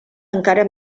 encara